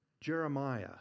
Jeremiah